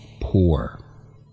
poor